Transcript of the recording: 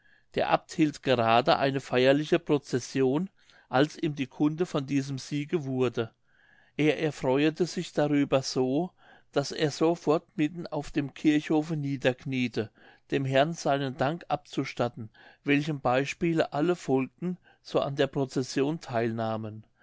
der abt hielt gerade eine feierliche prozession als ihm die kunde von diesem siege wurde er erfreuete sich darüber so daß er sofort mitten auf dem kirchhofe niederkniete dem herrn seinen dank abzustatten welchem beispiele alle folgten so an der prozession theil